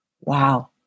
Wow